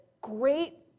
great